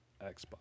Xbox